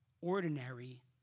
ordinary